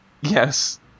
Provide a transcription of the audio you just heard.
Yes